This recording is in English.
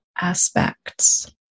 aspects